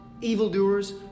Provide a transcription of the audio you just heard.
evildoers